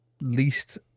least